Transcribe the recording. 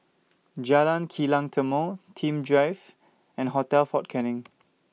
Jalan Kilang Timor Nim Drive and Hotel Fort Canning